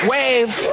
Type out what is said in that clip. Wave